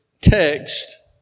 text